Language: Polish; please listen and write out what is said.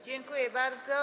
Dziękuję bardzo.